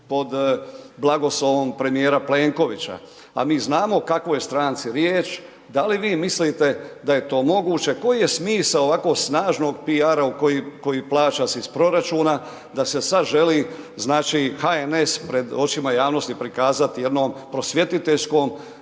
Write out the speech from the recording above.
pod blagoslovom premijera Plenkovića? A mi znamo o kakvoj je stranci riječ. Da li vi mislite a je to moguće, koji je smisao ovako snažnog PR-a koji plaća se iz proračuna da se sad želi znači HNS pred očima javnosti prikazati jednom prosvjetiteljskom